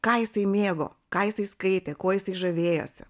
ką jisai mėgo ką jisai skaitė kuo jisai žavėjosi